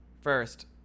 first